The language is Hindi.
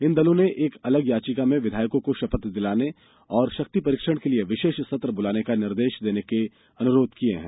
इन देलों ने एक अलग याचिका में विधायकों को शपथ दिलाने और शक्ति परीक्षण के लिए विशेष सत्र बुलाने का निर्देश देने का अनुरोध किया है